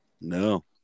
No